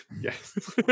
yes